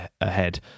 ahead